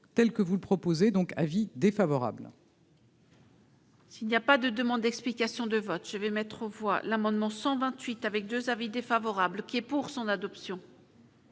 telle que vous le proposez donc avis défavorable. S'il n'y a pas de demande d'explication de vote, je vais mettre aux voix l'amendement 128 avec 2 avis défavorables qui est pour son adoption.